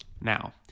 Now